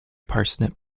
parsnip